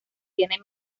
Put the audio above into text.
tiene